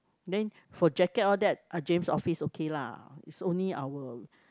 then for jacket all that uh James office okay lah is only our